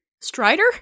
Strider